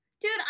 dude